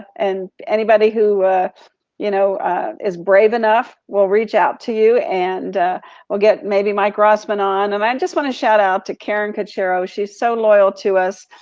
and anybody who you know is brave enough, we'll reach out to you and we'll get maybe mike rossman on. and i just wanna shout out to karen conchero, she's so loyal to us.